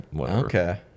Okay